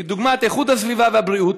דוגמת איכות הסביבה והבריאות,